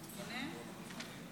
ואז אני אחליט.